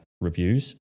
reviews